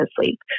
asleep